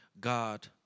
God